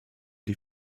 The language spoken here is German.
die